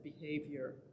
behavior